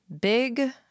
Big